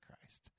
Christ